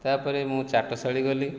ତା'ପରେ ମୁଁ ଚାଟଶାଳି ଗଲି